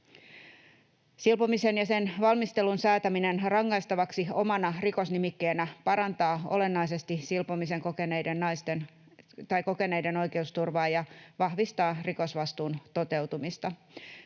Silpomisen ja sen valmistelun säätäminen rangaistavaksi omana rikosnimikkeenä parantaa olennaisesti silpomisen kokeneiden oikeusturvaa ja vahvistaa rikosvastuun toteutumista.